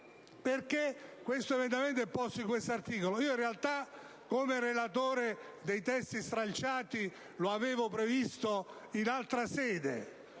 Perché questo emendamento è posto in questo articolo? In realtà, come relatore dei testi stralciati lo avevo previsto in altra sede,